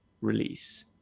release